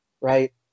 right